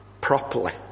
properly